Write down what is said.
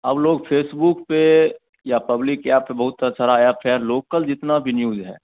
अब लोग फेसबुक पर या पब्लिक ऐप पर बहुत सारे ऐप है लोकल जितना भी न्यूज़ है